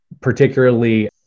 particularly